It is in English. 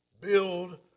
Build